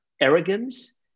arrogance